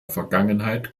vergangenheit